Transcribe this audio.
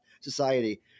society